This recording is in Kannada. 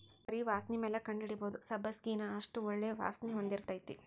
ಬರಿ ವಾಸ್ಣಿಮ್ಯಾಲ ಕಂಡಹಿಡಿಬಹುದ ಸಬ್ಬಸಗಿನಾ ಅಷ್ಟ ಒಳ್ಳೆ ವಾಸ್ಣಿ ಹೊಂದಿರ್ತೈತಿ